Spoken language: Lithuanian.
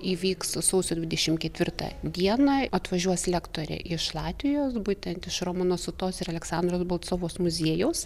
įvyks sausio dvidešim ketvirtą dieną atvažiuos lektorė iš latvijos būtent iš romano sutos ir aleksandros bolcovos muziejaus